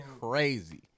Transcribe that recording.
crazy